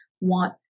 want